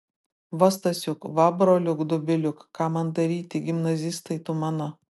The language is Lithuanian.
va stasiuk va broliuk dobiliuk ką man daryti gimnazistai tu mano